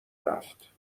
رفت